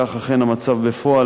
כך אכן המצב בפועל.